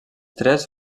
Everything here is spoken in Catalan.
tres